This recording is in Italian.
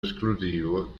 esclusivo